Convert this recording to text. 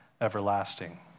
everlasting